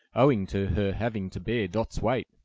owing to her having to bear dot's weight.